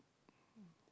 MS<